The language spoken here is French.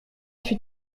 fut